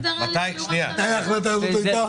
מתי ההחלטה זאת הייתה?